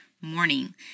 morning